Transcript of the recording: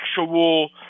actual